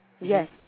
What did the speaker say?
Yes